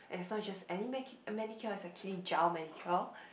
and is not just any man~ manicure is actually gel manicure